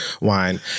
wine